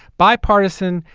bipartisan,